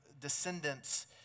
descendants